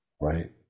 right